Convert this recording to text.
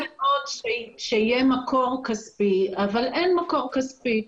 אני אשמח מאוד שיהיה מקור כספי אבל אין מקור כספי.